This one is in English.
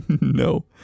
No